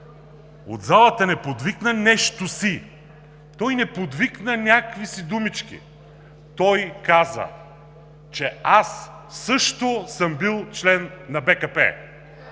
от залата не подвикна нещо си, той не подвикна някакви си думички, а той каза, че аз също съм бил член на БКП.